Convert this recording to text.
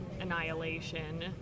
annihilation